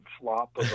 flop